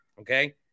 okay